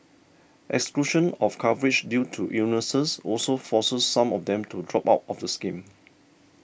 exclusion of coverage due to illnesses also forces some of them to drop out of the scheme